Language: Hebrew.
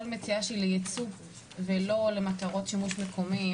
כל מציאה של ייצוא ולא למטרות שימוש מקומי,